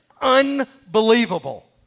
unbelievable